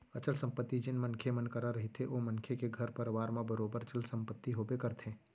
अचल संपत्ति जेन मनखे मन करा रहिथे ओ मनखे के घर परवार म बरोबर चल संपत्ति होबे करथे